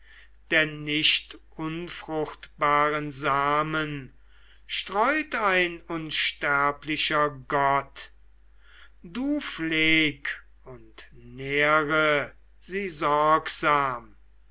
denn nicht unfruchtbaren samen streut ein unsterblicher gott du pfleg und nähre sie sorgsam